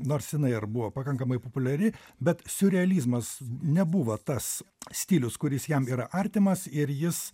nors jinai ir buvo pakankamai populiari bet siurrealizmas nebuvo tas stilius kuris jam yra artimas ir jis